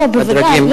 לא, בוודאי.